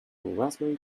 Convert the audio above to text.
raspberry